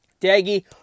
Daggy